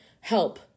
help